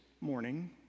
morning